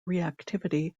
reactivity